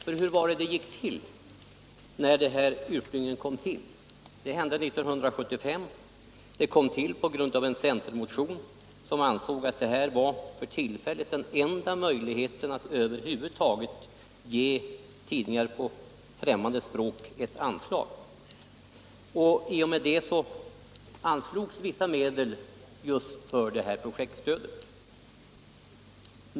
Hur kom projektstödet till tidningarna till? Det hände 1975. Det tillkom på grund av en centermotion. Motionärerna ansåg att det här var den enda möjligheten att över huvud taget ge tidningar på främmande språk ett anslag. Vissa medel anslogs då just för projektstödet.